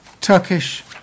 Turkish